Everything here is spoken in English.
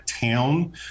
town